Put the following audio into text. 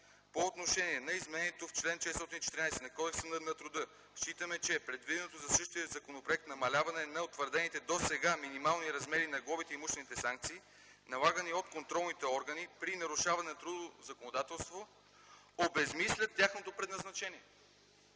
„По отношение на изменението в чл. 414 на Кодекса на труда считаме, че предвиденото за същия законопроект намаляване на утвърдените досега минимални размери на глобите и имуществените санкции, налагани от контролните органи при нарушаване на трудовото законодателство, обезсмисля тяхното предназначение”.